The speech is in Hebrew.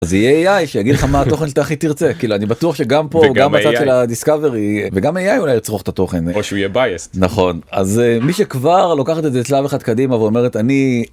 -זה יהיה AI שיגיד לך מה התוכן שאתה הכי תרצה כאילו אני בטוח שגם פה וגם בצד של הדיסקאברי וגם AI אולי יצרוך את התוכן. -יכול להיות שהוא יהיה biased. -נכון, אז מי שכבר לוקחת את זה שלב אחד קדימה ואומרת אני.